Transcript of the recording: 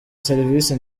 service